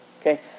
Okay